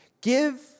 Give